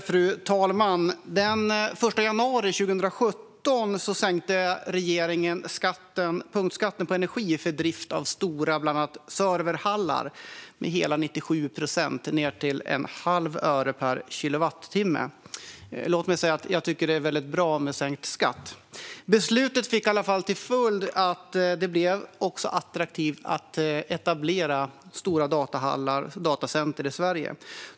Fru talman! Den 1 januari 2017 sänkte regeringen punktskatten på energi för drift av bland annat stora serverhallar med hela 97 procent ned till ett halvt öre per kilowattimme. Låt mig säga att jag tycker att det är väldigt bra med sänkt skatt. Beslutet fick till följd att det blev attraktivt att etablera stora datahallar och datacenter i Sverige.